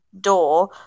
door